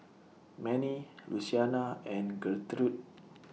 Mannie Luciana and Gertrude